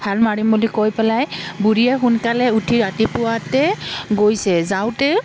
হাল মাৰিম বুলি কৈ পেলাই বুঢ়ীয়ে সোনকালে উঠি ৰাতিপুৱাতে গৈছে যাওঁতে